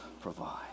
provide